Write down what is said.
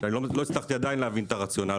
ועדיין לא הצלחתי להבין את הרציונל,